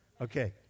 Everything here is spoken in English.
Okay